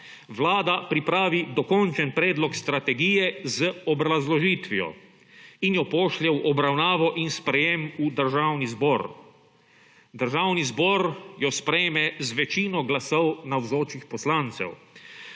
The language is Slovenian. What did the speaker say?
Vlada pripravi dokončen predlog strategije z obrazložitvijo in jo pošlje v obravnavo in sprejetje v Državni zbor. Državni zbor jo sprejme z večino glasov navzočih poslancev.